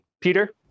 Peter